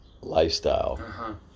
lifestyle